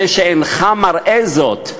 זה שאינך מראה זאת,